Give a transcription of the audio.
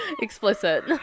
explicit